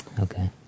Okay